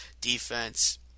defense